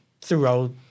throughout